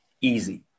easy